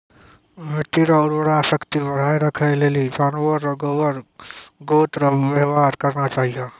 मिट्टी रो उर्वरा शक्ति बढ़ाएं राखै लेली जानवर रो गोबर गोत रो वेवहार करना चाहियो